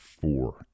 four